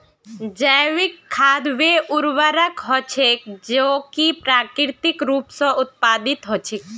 जैविक खाद वे उर्वरक छेक जो कि प्राकृतिक रूप स उत्पादित हछेक